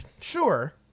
Sure